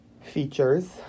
features